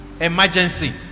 Emergency